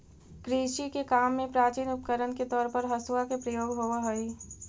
कृषि के काम में प्राचीन उपकरण के तौर पर हँसुआ के प्रयोग होवऽ हई